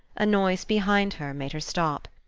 a noise behind her made her stop.